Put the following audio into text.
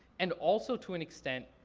and also to an extent,